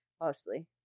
mostly